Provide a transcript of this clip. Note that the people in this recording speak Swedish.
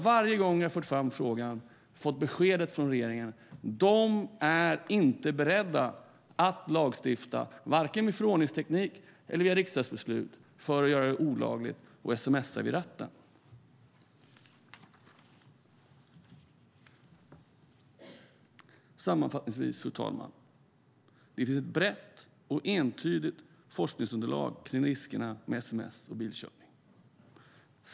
Varje gång jag har fört fram frågan har jag fått besked från regeringen om att den inte är beredd att lagstifta, varken med förordningsteknik eller via riksdagsbeslut, för att göra det olagligt att sms:a vid ratten. Fru talman! Sammanfattningsvis finns det ett brett och entydigt forskningsunderlag om riskerna med sms och bilkörning.